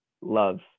love